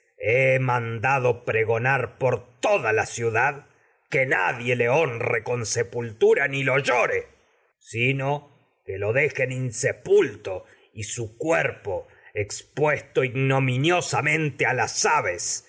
he ciudad mandado pregonar por toda la que nadie le honre con sepultura ni le llore sino que lo dejen insepulto y su cuerpo a expuesto igno para que miniosamente las aves